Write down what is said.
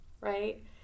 right